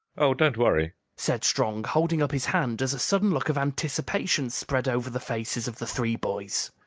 oh, don't worry! said strong, holding up his hand as a sudden look of anticipation spread over the faces of the three boys.